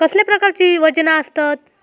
कसल्या प्रकारची वजना आसतत?